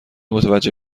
متوجه